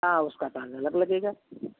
हाँ उसका चार्ज अलग लगेगा